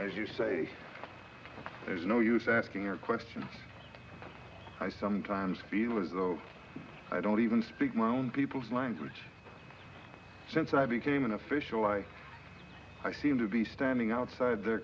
as you say there's no use asking a question i sometimes feel as though i don't even speak my own people's language since i became an official i i seem to be standing outside the